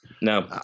no